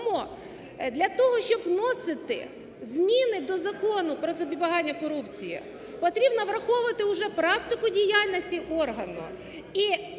тому, для того, щоб вносити зміни до Закону про запобігання корупції, потрібно враховувати вже практику діяльності органу.